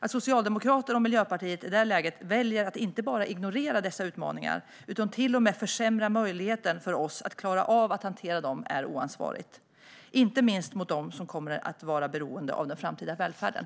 Att Socialdemokraterna och Miljöpartiet i detta läge väljer att inte bara ignorera dessa utmaningar utan till och med försämra möjligheten för oss att klara av att hantera dem är oansvarigt, inte minst mot dem som kommer att vara beroende av den framtida välfärden.